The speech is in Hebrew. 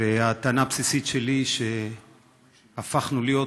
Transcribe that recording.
והטענה הבסיסית שלי שלא רק הפכנו להיות